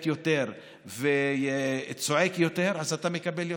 יותר וצועק יותר אז אתה מקבל יותר.